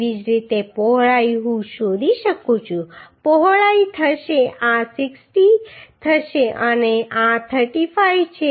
તેવી જ રીતે પહોળાઈ હું શોધી શકું છું પહોળાઈ થશે આ 60 થશે અને આ 35 છે અને આ 35 છે